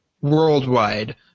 worldwide